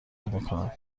میکند